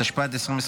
התשפ"ד 2024,